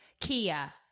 Kia